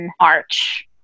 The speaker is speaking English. March